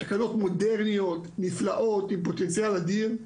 תקנות מודרניות, נפלאות, עם פוטנציאל אדיר.